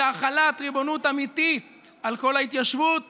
אלא החלת ריבונות אמיתית על כל ההתיישבות